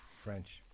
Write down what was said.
French